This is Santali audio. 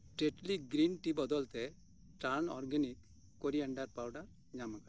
ᱴᱮᱴᱞᱤ ᱜᱨᱤᱱ ᱴᱤ ᱵᱚᱫᱚᱞᱛᱮ ᱴᱨᱟᱱ ᱚᱨᱜᱮᱱᱤᱠ ᱠᱚᱨᱤᱭᱮᱱᱰᱟᱨ ᱯᱟᱣᱰᱟᱨ ᱧᱟᱢ ᱟᱠᱟᱫᱟ